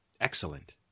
Excellent